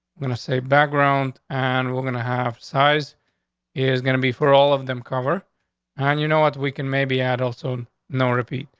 i'm gonna say background on. and we're gonna have size is gonna be for all of them. cover on. you know what? we can maybe add also no. repeat.